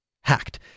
Hacked